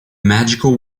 magical